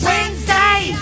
Wednesday